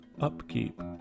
upkeep